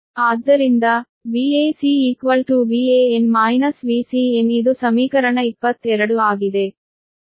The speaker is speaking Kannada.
ಆದ್ದರಿಂದ Vac Van Vcn ಇದು ಸಮೀಕರಣ 22 ಆಗಿದೆ